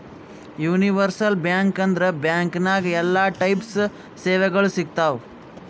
universal bank ಅಂದುರ್ bank ನಾಗ್ ಎಲ್ಲಾ ಟೈಪ್ ಸೇವೆಗೊಳ್ ಸಿಗ್ತಾವ್